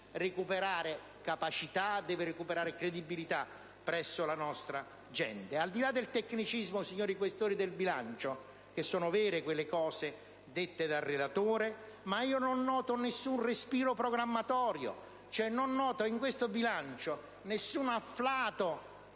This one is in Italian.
recuperare capacità e credibilità presso la nostra gente. Al di là del tecnicismo, signori Questori del bilancio, sono vere le cose dette dal relatore, ma non noto nessun respiro programmatorio; cioè non noto in questo bilancio nessun afflato